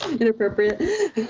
Inappropriate